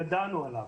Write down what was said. ידענו עליו.